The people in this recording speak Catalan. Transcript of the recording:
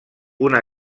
una